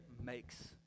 makes